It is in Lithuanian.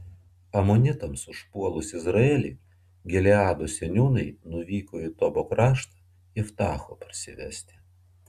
amonitams užpuolus izraelį gileado seniūnai nuvyko į tobo kraštą iftacho parsivesti